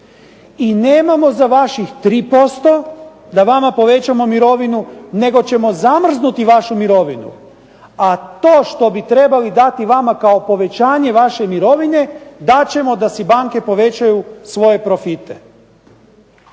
i nemamo za vaših 3% da vama povećamo mirovinu, nego ćemo zamrznuti vašu mirovinu, a to što bi trebali dati vama kao povećanje vaše mirovine dat ćemo da si banke povećaju svoje profite.